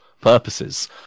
Purposes